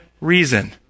reason